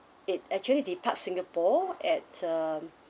it actually depart singapore at um